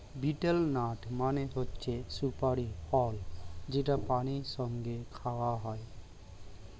betel nut মানে হচ্ছে সুপারি ফল যেটা পানের সঙ্গে খাওয়া হয়